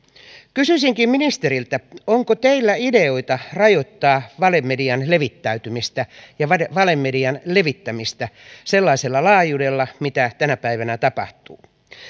kysyisinkin ministeriltä onko teillä ideoita miten rajoittaa valemedian levittäytymistä ja valemedian levittämistä sellaisella laajuudella mitä tänä päivänä tapahtuu